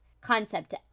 concept